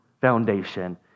foundation